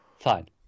Fine